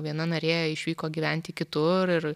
viena narė išvyko gyventi kitur ir